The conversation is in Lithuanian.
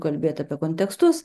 kalbėt apie kontekstus